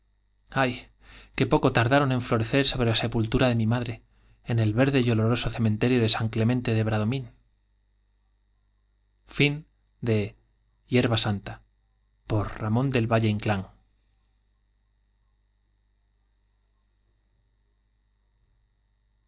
qué poco tar daron florecer sobre la de mi en sepultura madre en el verde y oloroso cementerio de san clemente de bradomín